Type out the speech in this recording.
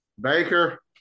Baker